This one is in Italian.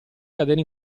cadere